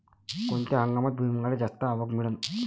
कोनत्या हंगामात भुईमुंगाले जास्त आवक मिळन?